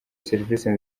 serivise